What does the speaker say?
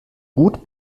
gut